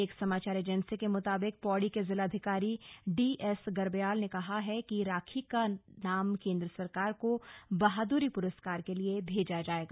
एक समाचार एजेंसी के मुताबिक पौड़ी के जिलाधिकारी डी एस गर्ब्याल ने कहा कि राखी का नाम केंद्र सरकार को बहादुरी पुरस्कार के लिये भेजा जायेगा